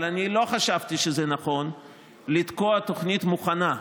אבל אני לא חשבתי שזה נכון לתקוע תוכנית מוכנה,